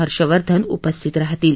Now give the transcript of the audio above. हर्षवर्धन उपस्थित राहतील